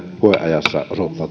koeajassa